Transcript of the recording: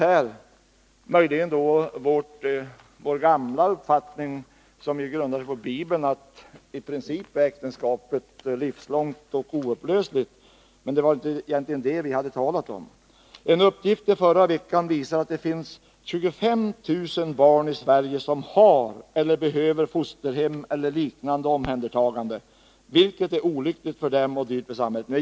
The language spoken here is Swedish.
Är det möjligen vår gamla uppfattning som är grundad på Bibeln att äktenskapet i princip är livslångt och oupplösligt? Men det är inte det som vi talar om i motionen. En uppgift förra veckan visar att det finns 25 000 barn i Sverige som har eller behöver få fosterhem eller liknande omhändertagande, vilket är olyckligt för dem och dyrt för samhället.